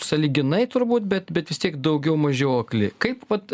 sąlyginai turbūt bet bet vis tiek daugiau mažiau akli kaip vat